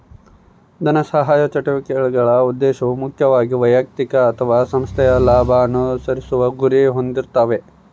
ಧನಸಹಾಯ ಚಟುವಟಿಕೆಗಳ ಉದ್ದೇಶವು ಮುಖ್ಯವಾಗಿ ವೈಯಕ್ತಿಕ ಅಥವಾ ಸಂಸ್ಥೆಯ ಲಾಭ ಅನುಸರಿಸುವ ಗುರಿ ಹೊಂದಿರ್ತಾವೆ